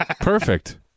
Perfect